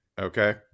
Okay